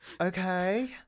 okay